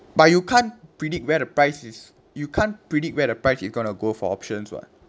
but you can't predict where the price is you can't predict where the price is going to go for options [what]